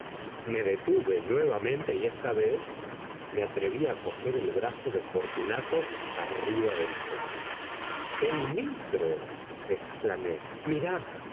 me detuve nuevamente y esta vez me atreví a coger el brazo de fortunato arriba del codo el nitro exclamé mirad